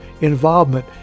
involvement